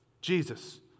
Jesus